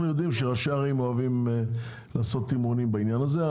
אנחנו יודעים שראשי ערים אוהבים לעשות תמרונים בעניין הזה.